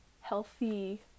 healthy